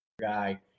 guy